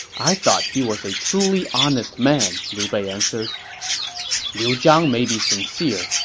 i thought he was a truly honest man, liu bei answered liu zhang may be sincere,